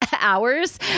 hours